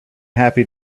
happy